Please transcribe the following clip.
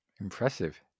Impressive